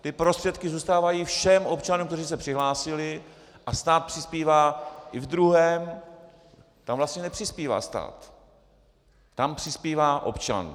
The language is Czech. Ty prostředky zůstávají všem občanům, kteří se přihlásili, a stát přispívá i ve druhém tam vlastně nepřispívá stát, tam přispívá občan.